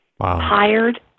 hired